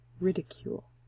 ridicule